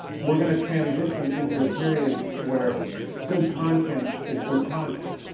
we're going to transition into a period where good content is good content.